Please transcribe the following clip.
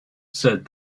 said